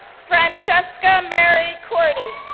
francesca mary korte,